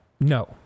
no